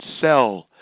sell